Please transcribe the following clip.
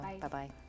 Bye-bye